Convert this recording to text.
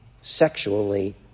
sexually